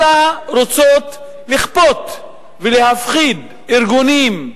אלא רוצות לכפות ולהפחיד ארגונים,